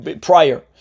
prior